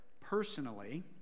Personally